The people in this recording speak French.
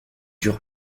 dure